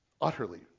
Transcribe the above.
utterly